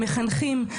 מחנכים,